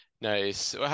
Nice